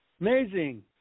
Amazing